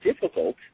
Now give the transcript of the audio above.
difficult